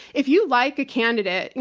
if you like a candidate, and